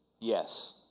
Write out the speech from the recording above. yes